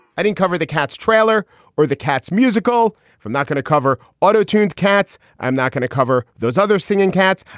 i didn't cover the cat's trailer or the cat's musical from not going to cover auto-tuned cats. i'm not going to cover those other singing cats.